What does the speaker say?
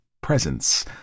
presence